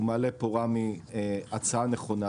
הוא מעלה פה רמי הצעה נכונה,